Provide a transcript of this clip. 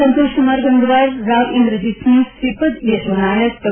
Santoshkumar Gangwar Rao Inderjit Singh Shripad Yesso Naik Dr